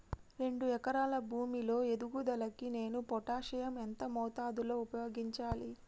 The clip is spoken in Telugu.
రెండు ఎకరాల భూమి లో ఎదుగుదలకి నేను పొటాషియం ఎంత మోతాదు లో ఉపయోగించాలి?